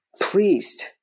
pleased